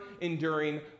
enduring